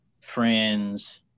friends